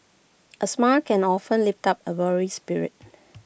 A smile can often lift up A weary spirit